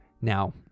now